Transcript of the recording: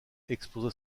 exposa